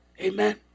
Amen